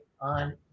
on